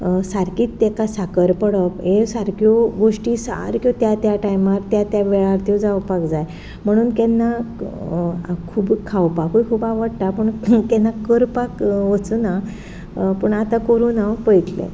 सारकीच ताका साकर पडप हें सारक्यो गोश्टी सारक्यो त्या त्या टायमार त्या त्या वेळार त्यो जावपाक जाय म्हणून केन्ना खूब खावपाकूय खूब आवडटा पूण केन्ना करपाक वचना पूण आतां करून हांव पयतलें